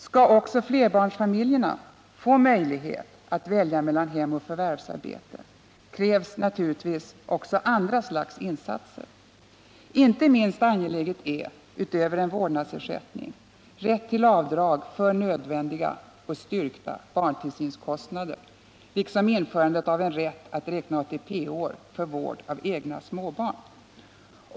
Skall också flerbarnsföräldrar få större möjlighet att välja mellan hemoch förvärvsarbete krävs naturligtvis också andra slags insatser. Inte minst angeläget är — utöver en vårdnadsersättning — rätt till avdrag för nödvändiga och styrkta barntillsynskostnader, liksom införandet av en rätt att räkna ATP-år för vård av egna småbarn.